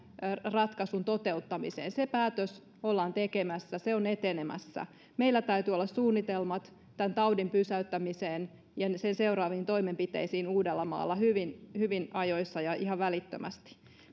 ratkaisun toteuttamiseen se päätös ollaan tekemässä se on etenemässä meillä täytyy olla suunnitelmat tämän taudin pysäyttämiseen ja sen seuraaviin toimenpiteisiin uudellamaalla hyvin hyvin ajoissa ja ihan välittömästi